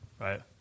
right